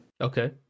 Okay